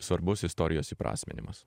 svarbus istorijos įprasminimas